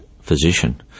physician